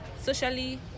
socially